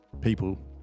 people